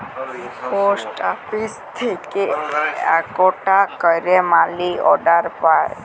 post office থেক্যে আকটা ক্যারে মালি অর্ডার পায়